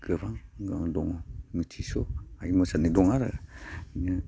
गोबां दङ मिथिस' हायै मोसानाय दं आरो बिदिनो